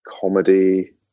comedy